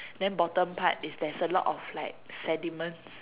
then bottom part is there's a lot of like sediments